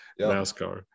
NASCAR